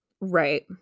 Right